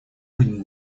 быть